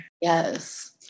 Yes